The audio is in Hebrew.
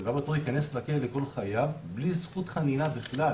אם הוא ייכנס לכלא לכל חייו בלי זכות חנינה בכלל,